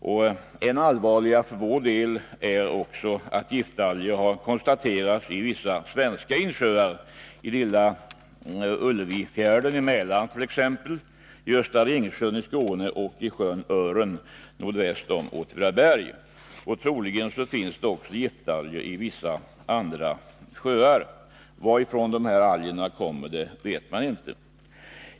Ännu allvarligare för vår del är emellertid att giftalger har konstaterats i vissa svenska insjöar, i Lilla Ullevifjärden i Mälaren, i Östra Ringsjön i Skåne ochisjön Ören nordväst om Åtvidaberg. Troligen finns giftalger också i vissa andra sjöar. Varifrån dessa alger kommer vet man inte.